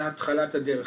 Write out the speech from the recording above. בהתחלת הדרך.